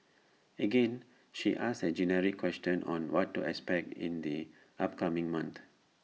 again she asks A generic question on what to expect in the upcoming month